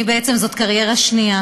אני, בעצם זאת קריירה שנייה.